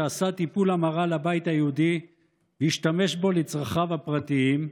שעשה טיפול המרה לבית היהודי והשתמש בו לצרכיו הפרטיים,